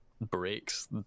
breaks